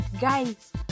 guys